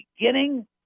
beginning